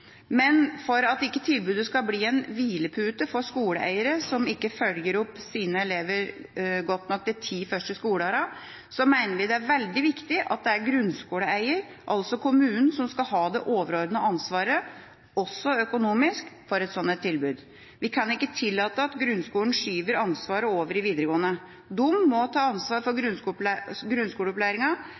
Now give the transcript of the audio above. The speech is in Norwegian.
Men for at tilbudet ikke skal bli en hvilepute for skoleeiere som ikke følger opp sine elever godt nok de ti første skoleåra, mener vi det er veldig viktig at det er grunnskoleeier, altså kommunene, som skal ha det overordnede ansvaret, også økonomisk, for et slikt tilbud. Vi kan ikke tillate at grunnskolen skyver ansvaret over i videregående. De må ta ansvar for